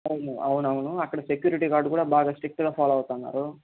అవును అవునవును అక్కడ సెక్యూరిటీ గార్డ్ కూడా బాగా స్ట్రిక్ట్గా ఫాలో అవుతున్నారు